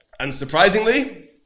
Unsurprisingly